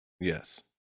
Yes